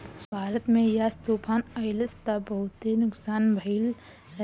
भारत में यास तूफ़ान अइलस त बहुते नुकसान भइल रहे